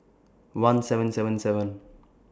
one seven seven seven